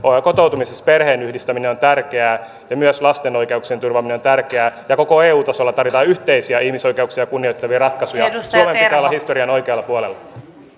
kotoutumisessa perheenyhdistäminen on tärkeää ja myös lasten oikeuksien turvaaminen on tärkeää koko eu tasolla tarvitaan yhteisiä ihmisoikeuksia kunnioittavia ratkaisuja suomen pitää olla historian oikealla puolella